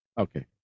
okay